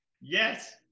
Yes